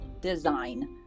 design